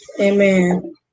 Amen